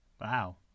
Wow